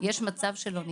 יש מצב שלא ניתן.